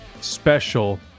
special